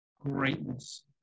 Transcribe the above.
Greatness